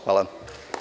Hvala.